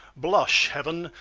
blush, heaven,